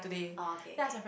oh okay K